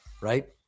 right